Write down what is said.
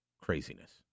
Craziness